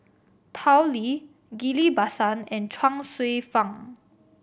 Tao Li Ghillie Basan and Chuang Hsueh Fang